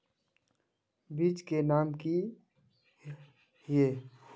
बीज के नाम की हिये?